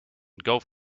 golf